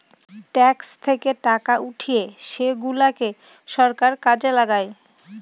tax থেকে টাকা উঠিয়ে সেগুলাকে সরকার কাজে লাগায়